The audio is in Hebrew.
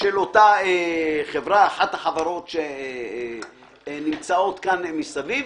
של אותה חברה, אחת החברות שנמצאות כאן מסביב,